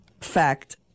fact